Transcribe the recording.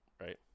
right